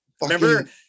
Remember